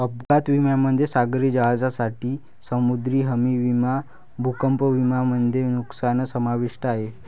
अपघात विम्यामध्ये सागरी जहाजांसाठी समुद्री हमी विमा भूकंप विमा मध्ये नुकसान समाविष्ट आहे